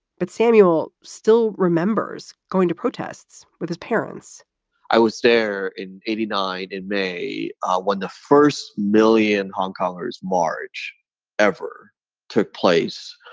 but samuel still remembers going to protests with his parents i was there in eighty nine in may when the first million hong kong march ever took place.